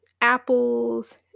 apples